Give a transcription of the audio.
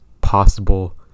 possible